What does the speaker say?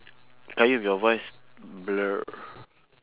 qayyum your voice blur